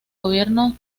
gobierno